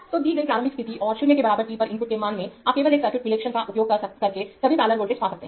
तो दी गई प्रारंभिक स्थिति और 0 के बराबर t पर इनपुट के मान से आप केवल एक सर्किट विश्लेषण का उपयोग करके सभी पैरेलल वोल्टेज पा सकते हैं